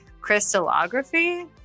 crystallography